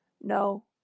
no